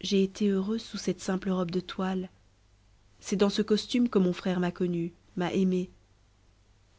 j'ai été heureuse sous cette simple robe de toile c'est dans ce costume que mon frère m'a connue m'a aimée